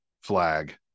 flag